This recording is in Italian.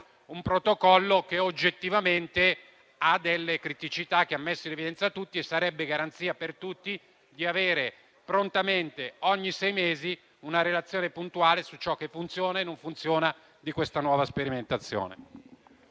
un Protocollo che oggettivamente ha delle criticità che hanno messo in evidenza tutti e sarebbe garanzia per tutti avere prontamente, ogni sei mesi, una relazione puntuale su ciò che funziona e non funziona di questa sperimentazione.